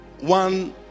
one